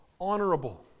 honorable